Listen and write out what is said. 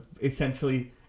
essentially